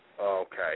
Okay